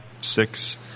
six